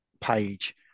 page